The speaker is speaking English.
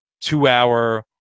two-hour